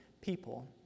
people